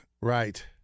Right